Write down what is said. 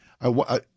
I-